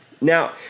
Now